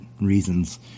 reasons